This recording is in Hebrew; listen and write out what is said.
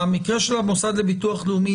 המקרה של המוסד לביטוח לאומי,